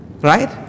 Right